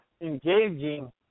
engaging